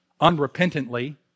unrepentantly